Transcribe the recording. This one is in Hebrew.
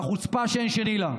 בחוצפה שאין שני לה,